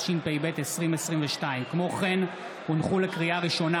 התשפ"ב 2022. לקריאה ראשונה,